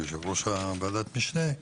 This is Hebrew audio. כיושב-ראש ועדת המשנה,